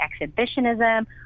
exhibitionism